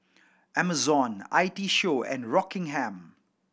Amazon I T Show and Rockingham